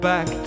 Back